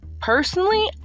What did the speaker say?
Personally